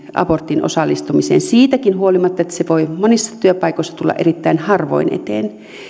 aborttiin siitäkin huolimatta että se voi monissa työpaikoissa tulla erittäin harvoin eteen